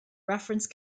reference